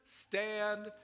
stand